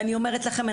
ואני אומרת לכם,